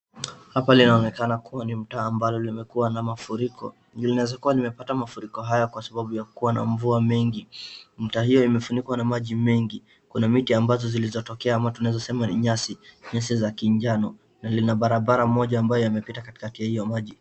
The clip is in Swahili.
Hapa inaonekana kuwa ni mtaa ambalo imekuwa na mafuriko, inaweza kuwa imepata mafuriko haya kwa sababu ya kuwa na mvua mengi, mtaa hiyo imefunikwa na maji mengi. Kuna miti ambazo zilizo ama tunaweza sema ni nyasi, nyasi za kinjano na lina barabara moja ambayo imepita katikati ya hiyo maji.